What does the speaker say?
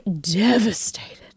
devastated